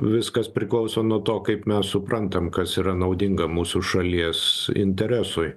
viskas priklauso nuo to kaip mes suprantam kas yra naudinga mūsų šalies interesui